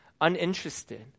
uninterested